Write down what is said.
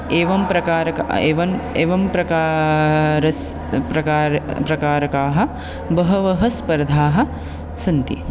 एवं प्रकारकम् एवं एवं प्रकारः प्रकार् प्रकारकाः बहवः स्पर्धाः सन्ति